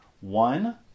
One